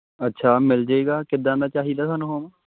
ਅੱਛਾ ਮਿਲਜੇਗਾ ਕਿੱਦਾਂ ਦਾ ਚਾਹੀਦਾ ਤੁਹਾਨੂੰ ਹੋਮ